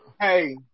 Hey